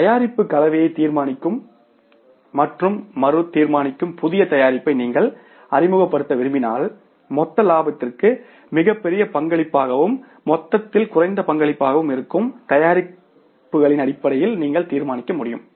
தயாரிப்பு கலவையை தீர்மானிக்கும் மற்றும் மறு தீர்மானிக்கும் புதிய தயாரிப்பை நீங்கள் அறிமுகப்படுத்த விரும்பினால் மொத்த லாபத்திற்கு மிகப்பெரிய பங்களிப்பாகவும் மொத்தத்தில் குறைந்த பங்களிப்பாகவும் இருக்கும் தயாரிப்புகளின் அடிப்படையில் நீங்கள் தீர்மானிக்க முடியும்